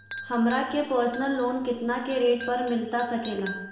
हमरा के personal loan कितना के रेट पर मिलता सके ला?